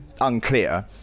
unclear